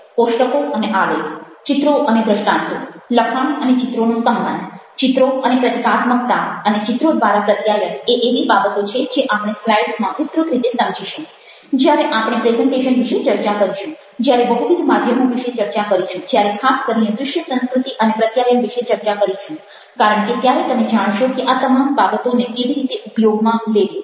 કોષ્ટકો અને આલેખ ચિત્રો અને દ્રષ્ટાન્તો લખાણ અને ચિત્રોનો સંબંધ ચિત્રો અને પ્રતીકાત્મકતા અને ચિત્રો દ્વારા પ્રત્યાયન એ એવી બાબતો છે જે આપણે સ્લાઈડ્સમાં વિસ્તૃત રીતે સમજીશું જ્યારે આપણે પ્રેઝન્ટેશન વિશે ચર્ચા કરીશું જ્યારે બહુવિધ માધ્યમો વિશે ચર્ચા કરીશું જ્યારે ખાસ કરીને દ્રશ્ય સંસ્કૃતિ અને પ્રત્યાયન વિશે ચર્ચા કરીશું કારણ કે ત્યારે તમે જાણશો કે આ તમામ બાબતોને કેવી રીતે ઉપયોગમાં લેવી